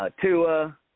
Tua